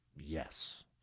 Yes